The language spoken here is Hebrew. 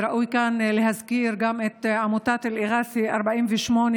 ראוי כאן גם להזכיר את עמותת אל-ראזי 48,